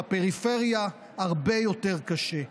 בפריפריה הרבה יותר קשה.